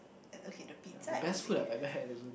and okay the pizza I don't think